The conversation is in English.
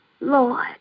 Lord